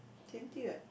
twenty what